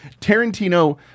Tarantino